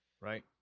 right